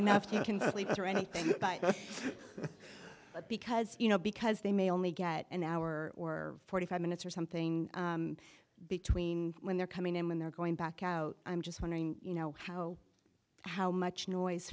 through anything but because you know because they may only get an hour or forty five minutes or something between when they're coming in when they're going back out i'm just wondering you know how how much noise